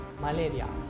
malaria